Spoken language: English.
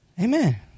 Amen